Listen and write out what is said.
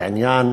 את עניין